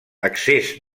excés